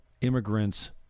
immigrants